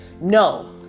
No